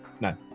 No